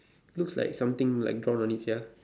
looks like something like drawn on it sia